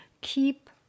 keep